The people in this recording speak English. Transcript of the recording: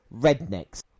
Rednecks